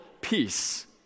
peace